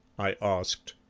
i asked.